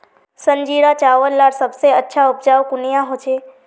संजीरा चावल लार सबसे अच्छा उपजाऊ कुनियाँ होचए?